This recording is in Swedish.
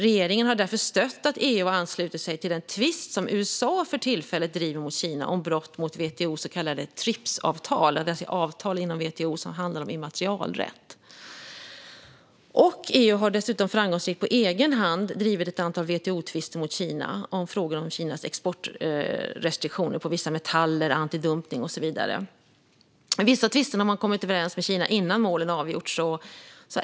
Regeringen har stött att EU har anslutit sig till den tvist som USA för tillfället driver mot Kina om brott mot WTO:s så kallade TRIPS-avtal, alltså det avtal inom WTO som handlar om immaterialrätt. EU har dessutom framgångsrikt på egen hand drivit ett antal WTO-tvister mot Kina i frågor om Kinas exportrestriktioner på vissa metaller, antidumpning och så vidare. I vissa av tvisterna har man kommit överens med Kina innan målen har avgjorts.